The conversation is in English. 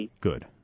Good